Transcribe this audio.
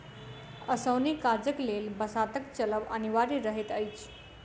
ओसौनी काजक लेल बसातक चलब अनिवार्य रहैत अछि